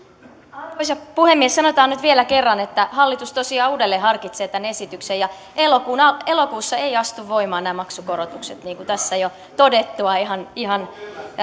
arvoisa puhemies sanotaan nyt vielä kerran että hallitus tosiaan uudelleen harkitsee tämän esityksen ja elokuussa elokuussa eivät astu voimaan nämä maksukorotukset niin kuin tässä jo on todettu ihan